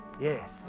yes